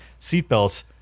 seatbelts